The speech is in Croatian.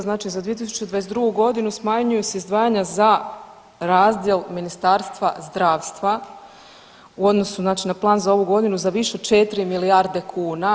Znači za 2022.godinu smanjuje se izdvajanja za razdjel Ministarstva zdravstva u odnosu znači na plan za ovu godinu za više od 4 milijarde kuna.